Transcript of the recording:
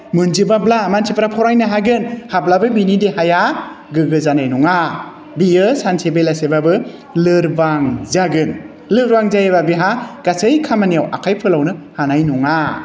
मोनजोबाब्ला मानसिफोरा फरायनो हागोन हाब्लाबो बिनि देहाया गोग्गो जानाय नङा बियो सानसे बेलासेबाबो लोरबां जागोन लोरबां जायोबा बेहा गासै खामानियाव आखाइ फोलावनो हानाय नङा